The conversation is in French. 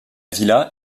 villa